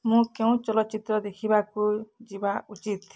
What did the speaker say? ମୁଁ କେଉଁ ଚଳଚ୍ଚିତ୍ର ଦେଖିବାକୁ ଯିବା ଉଚିତ୍